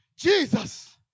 Jesus